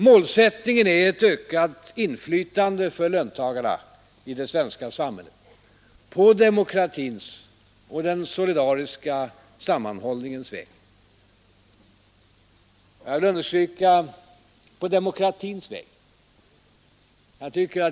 Målsättningen är ett ökat inflytande för löntagarna i det svenska samhället på demokratins och den solidariska sammanhållningens väg. Jag vill understryka: på demokratins väg.